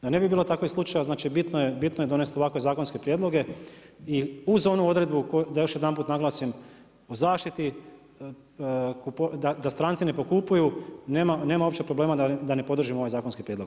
Da ne bi bilo takvih slučajeva, znači bitno je donesti ovakve zakonske prijedloge i uz one odredbu, da još jedanput naglasim o zaštiti, da stranci ne pokupuju, nema uopće problema da ne podržim ovaj zakonski prijedlog.